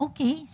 Okay